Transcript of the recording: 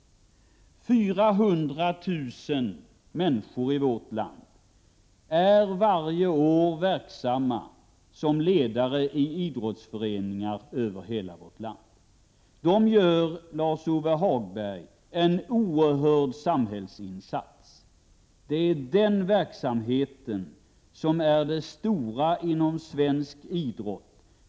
400 000 människor i vårt land är varje år verksamma som ledare i idrottsföreningar över hela vårt land. De gör, Lars-Ove Hagberg, en oerhörd samhällsinsats. Det är den verksamheten som är det stora inom svensk idrott.